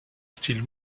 style